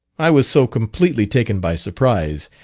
i was so completely taken by surprise,